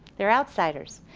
they're outsiders.